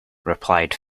replied